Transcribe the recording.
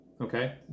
Okay